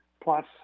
plus